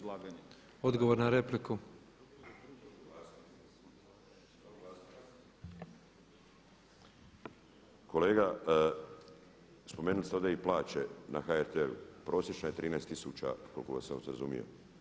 Kolega, spomenuli ste ovdje i plaće na HRT-u, prosječna je 13 tisuća koliko sam vas razumio.